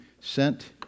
sent